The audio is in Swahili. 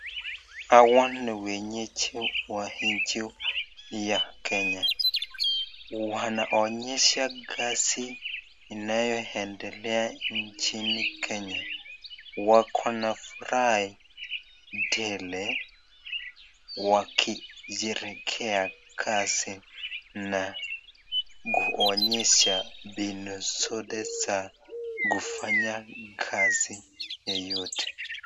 Hawa ni wenyeji wa nchi ya Kenya, wanaonyesha kazi inayoendelea nchini Kenya, wako na furaha tele wakisherehekea kazi na kuonyesha mbinu zote za kufanya kazi yeyote.